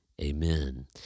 Amen